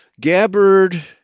Gabbard